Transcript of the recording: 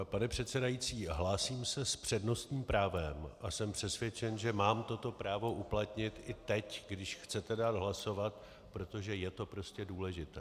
Pane předsedající, hlásím se s přednostním právem a jsem přesvědčen, že mám toto právo uplatnit i teď, když chcete dát hlasovat, protože je to prostě důležité.